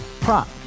prop